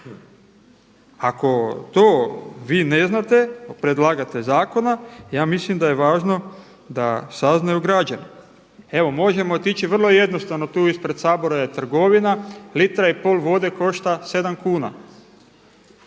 Ako to vi ne znate predlagatelj zakona ja mislim da je važno da saznaju građani. Evo možemo otići, vrlo jednostavno tu ispred Sabor je trgovina 1,5 litra vode košta 7 kuna.